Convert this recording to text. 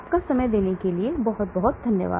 आपका समय देने के लिए आपका बहुत बहुत धन्यवाद